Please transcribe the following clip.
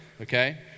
okay